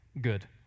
good